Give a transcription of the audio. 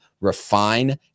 refine